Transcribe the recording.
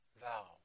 vow